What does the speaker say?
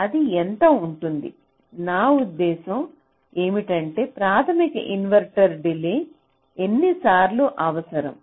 అది ఎంత ఉంటుంది నా ఉద్దేశ్యం ఏమిటంటే ప్రాథమిక ఇన్వర్టర్ డిలే ఎన్నిసార్లు అవసరం